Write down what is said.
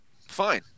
fine